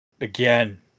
Again